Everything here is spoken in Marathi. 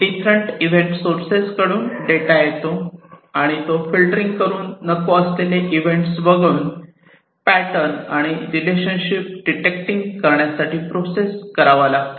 डिफरंट इव्हेंट सोसेस कडून डेटा येतो आणि तो फिल्टरिंग करून नको असलेले इव्हेंट वगळून पॅटर्न आणि रिलेशनशिप डीटेक्टिंग करण्यासाठी प्रोसेस करावा लागतो